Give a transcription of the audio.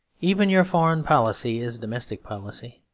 even your foreign policy is domestic policy.